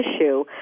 issue